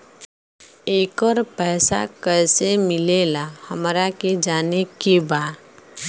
येकर पैसा कैसे मिलेला हमरा के जाने के बा?